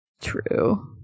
True